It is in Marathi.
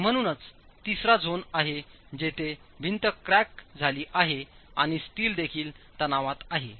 आणि म्हणूनच तिसरा झोन आहे जिथे भिंत क्रॅक झाली आहे आणि स्टील देखील तणावात आहे